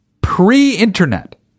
pre-internet